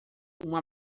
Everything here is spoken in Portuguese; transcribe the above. uma